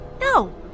no